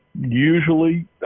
usually